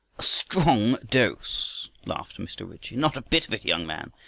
strong dose! laughed mr. ritchie. not a bit of it, young man.